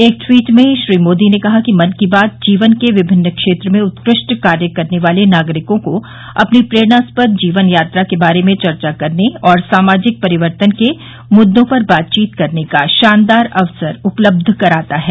एक ट्वीट में श्री मोदी ने कहा कि मन की बात जीवन के विभिन्न क्षेत्र में उत्कृष्ठ कार्य करने वाले नागरिकों को अपनी प्रेरणास्पद जीवन यात्रा के बारे में चर्चा करने और सामाजिक परिवर्तन के मुद्दों पर बातचीत का शानदार अवसर उपलब्ध कराता है